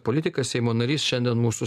politikas seimo narys šiandien mūsų